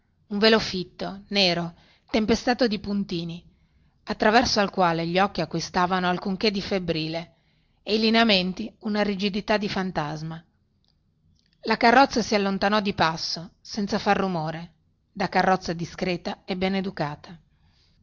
un velo fitto nero tempestato di puntini attraverso al quale gli occhi acquistavano alcunchè di febbrile e i lineamenti una rigidità di fantasma la carrozza si allontanò di passo senza far rumore da carrozza discreta e ben educata